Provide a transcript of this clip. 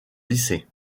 lycée